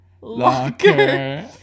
Locker